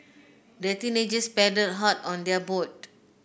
the teenagers paddled hard on their boat